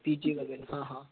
P G वगेरे हां हां